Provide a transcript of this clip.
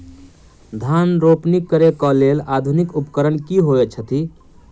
धान रोपनी करै कऽ लेल आधुनिक उपकरण की होइ छथि?